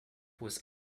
was